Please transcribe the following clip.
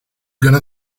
gonna